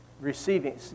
receiving